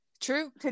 true